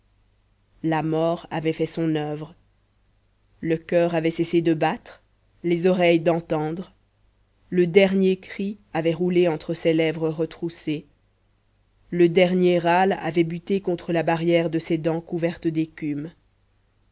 la mort avait fait son oeuvre le coeur avait cessé de battre les oreilles d'entendre le dernier cri avait roulé entre ces lèvres retroussées le dernier râle avait buté contre la barrière de ces dents couvertes d'écume